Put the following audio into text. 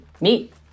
meet